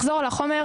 לחזור על החומר,